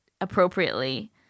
appropriately